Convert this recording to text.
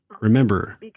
Remember